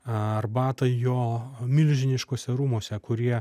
arbatą jo milžiniškuose rūmuose kurie